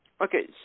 Okay